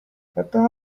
это